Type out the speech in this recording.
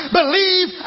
believe